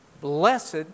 Blessed